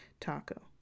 Taco